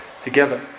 together